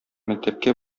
мәктәпкә